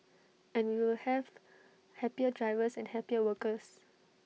and we will have happier drivers and happier workers